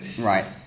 Right